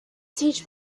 teach